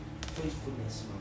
faithfulness